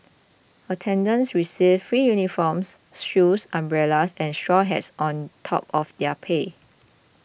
attendants received free uniforms shoes umbrellas and straw hats on top of their pay